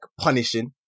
punishing